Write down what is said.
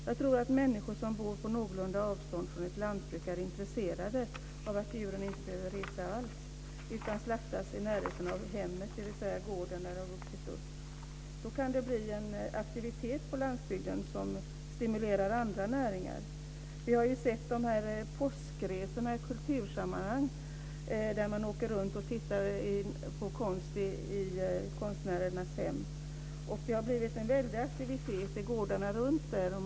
Jag tror att människor som bor på ett visst avstånd från ett lantbruk är intresserade av att djuren inte behöver resa alls utan slaktas i närheten av hemmet, dvs. gården där de vuxit upp. Då kan det bli en aktivitet på landsbygden som stimulerar andra näringar. Vi har sett påskresor i kultursammanhang. Man åker runt och tittar på konst i konstnärernas hem. Det har blivit en väldig aktivitet i gårdarna runtomkring.